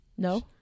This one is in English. No